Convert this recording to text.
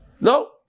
No